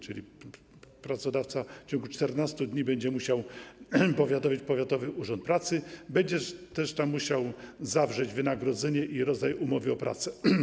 Czyli pracodawca w ciągu 14 dni będzie musiał powiadomić powiatowy urząd pracy, będzie też musiał zawrzeć informację o wynagrodzeniu i rodzaju umowy o pracę.